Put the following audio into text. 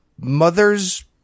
mother's